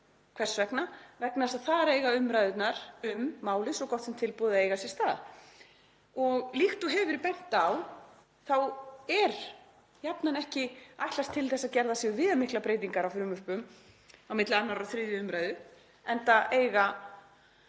Hvers vegna? Vegna þess að þar eiga umræðurnar um málið, svo gott sem tilbúið, að eiga sér stað. Líkt og hefur verið bent á þá er jafnan ekki ætlast til þess að gerðar séu viðamiklar breytingar á frumvörpum milli 2. og 3. umr., enda eiga